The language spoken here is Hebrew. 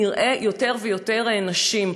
נראה יותר ויותר נשים.